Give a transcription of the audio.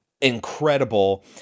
incredible